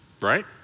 right